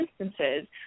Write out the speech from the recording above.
instances